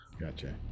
Gotcha